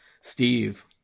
Steve